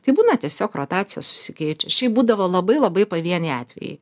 tai būna tiesiog rotacija susikeičia šiaip būdavo labai labai pavieniai atvejai